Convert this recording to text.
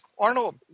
Arnold